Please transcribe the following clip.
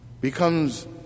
Becomes